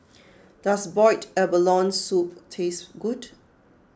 does Boiled Abalone Soup taste good